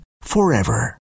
forever